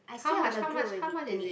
how much how much how much is it